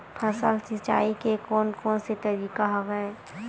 फसल सिंचाई के कोन कोन से तरीका हवय?